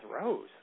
throws